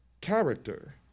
character